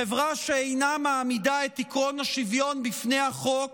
חברה שאינה מעמידה את עקרון השוויון בפני החוק